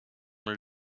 her